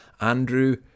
Andrew